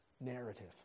narrative